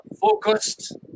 focused